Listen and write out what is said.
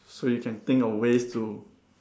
so you can think of ways to